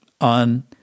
on